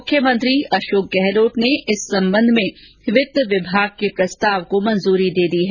मुख्यमंत्री अशोक गहलोत ने इस संबंध में वित्त विभाग के प्रस्ताव को स्वीकृति दे दी है